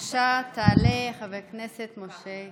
אז בבקשה, תעלה, חבר הכנסת משה קרעי.